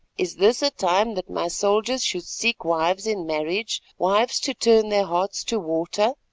is this a time that my soldiers should seek wives in marriage, wives to turn their hearts to water?